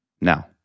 Now